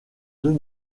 deux